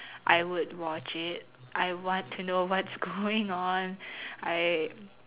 I would watch it I want to know what's going on I